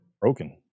broken